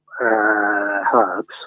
herbs